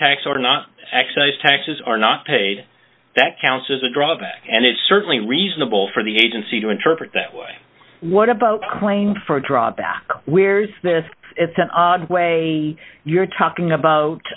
tax or not excise taxes are not paid that counts as a drawback and it certainly reasonable for the agency to interpret that way what about the claim for a drawback where's this it's an odd way you're talking about